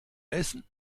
essen